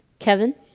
kevin